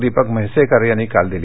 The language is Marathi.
दीपक म्हैसेकर यांनी काल दिली